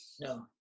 No